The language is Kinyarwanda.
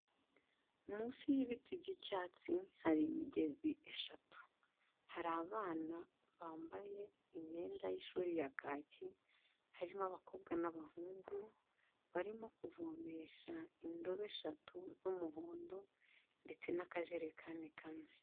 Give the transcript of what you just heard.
Munsi y'ibiti by'icyatsi hari imigezi eshatu, hari abana bambaye imyenda y'ishuri ya kaki, harimo abakobwa n'abahungu barimo kuvomesha indobo eshatu z'umuhondo ndetse n'akajekani kamwe.